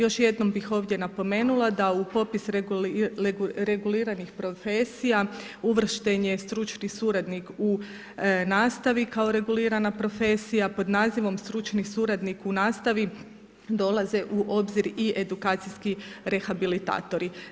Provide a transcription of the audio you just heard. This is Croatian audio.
Još jednom bi ovdje napomenula, da u popis reguliranih profesija uvršten je stručni suradnik u nastavi kao regulirana profesija, pod nazivom stručni suradnik u nastavi, dolaze u obzir i edukacijsko rehabilitatori.